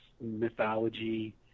mythology